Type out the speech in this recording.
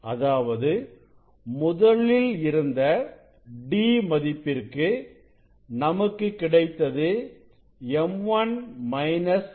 அதாவது முதலில் இருந்த d மதிப்பிற்கு நமக்கு கிடைத்தது m1 λ